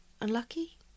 Unlucky